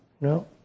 No